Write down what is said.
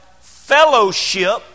fellowship